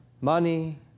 money